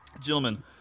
Gentlemen